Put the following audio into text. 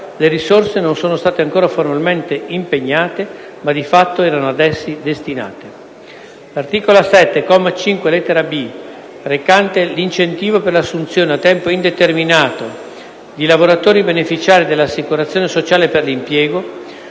le risorse non sono state ancora formalmente impegnate, ma di fatto erano ad essi destinate; – l’articolo 7, comma 5, lettera b), recante l’incentivo per l’assunzione a tempo indeterminato di lavoratori beneficiari dell’Assicurazione sociale per l’impiego